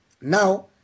now